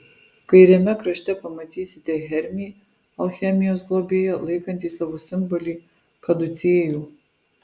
kairiame krašte pamatysite hermį alchemijos globėją laikantį savo simbolį kaducėjų